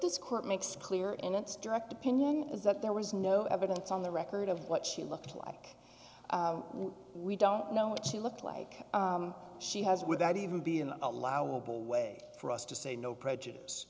this court makes clear in its direct opinion that there was no evidence on the record of what she looked like we don't know what she looked like she has without even be an allowable way for us to say no prejudice